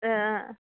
ए